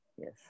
Yes